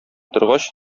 торгач